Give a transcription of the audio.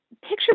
picture